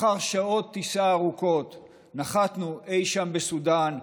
לאחר שעות טיסה ארוכות נחתנו אי שם בסודאן,